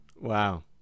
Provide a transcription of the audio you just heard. Wow